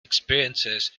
experiences